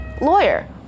Lawyer